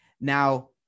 now